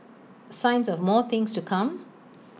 signs of more things to come